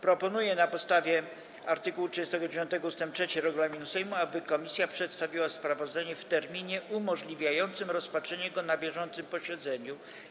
Proponuję, na podstawie art. 39 ust. 3 regulaminu Sejmu, aby komisja przedstawiła sprawozdanie w terminie umożliwiającym rozpatrzenie go na bieżącym posiedzeniu.